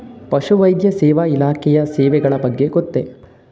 ಪಶುವೈದ್ಯ ಸೇವಾ ಇಲಾಖೆಯ ಸೇವೆಗಳ ಬಗ್ಗೆ ಗೊತ್ತೇ?